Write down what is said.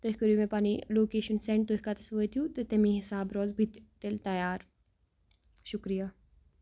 تُہۍ کٔرِو مےٚ پَنٕنۍ لوکیشَن سینٛڈ تُہۍ کَتَس وٲتِو تہٕ تَمی حِساب روزِ بہٕ تہِ تیٚلہِ تیار شُکریہ